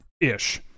ish